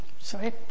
Sorry